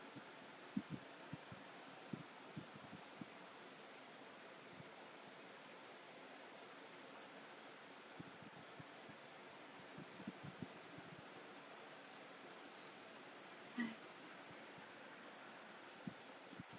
hi